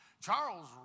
Charles